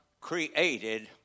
created